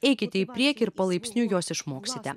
eikite į priekį ir palaipsniui jos išmoksite